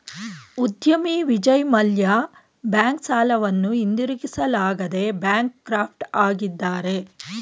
ಉದ್ಯಮಿ ವಿಜಯ್ ಮಲ್ಯ ಬ್ಯಾಂಕ್ ಸಾಲವನ್ನು ಹಿಂದಿರುಗಿಸಲಾಗದೆ ಬ್ಯಾಂಕ್ ಕ್ರಾಫ್ಟ್ ಆಗಿದ್ದಾರೆ